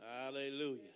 Hallelujah